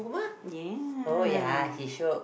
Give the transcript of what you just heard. ya